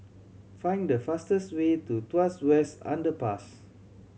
find the fastest way to Tuas West Underpass